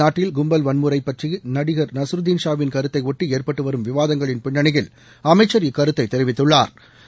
நாட்டில் கும்பல் வன்முறை பற்றிய நடிகர் நகருதின் ஷாவின் கருத்தையொட்டி ஏற்பட்டு வரும் விவாதங்களின் பின்னணியில் அமைச்சர் இக்கருத்தை தெரிவித்துள்ளாா்